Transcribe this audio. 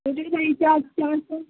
total کا charge چ س